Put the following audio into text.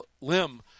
limb